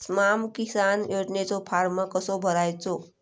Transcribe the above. स्माम किसान योजनेचो फॉर्म कसो भरायचो?